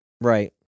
Right